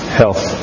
health